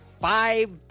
five